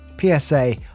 PSA